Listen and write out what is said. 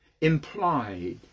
implied